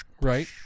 Right